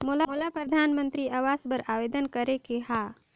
मोला परधानमंतरी आवास बर आवेदन करे के हा?